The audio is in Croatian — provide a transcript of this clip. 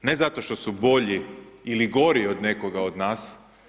Ne zato što su bolji ili gori od nekoga od nas.